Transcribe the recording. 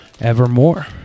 Evermore